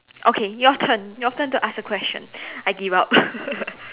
okay your turn your turn to ask the question I give up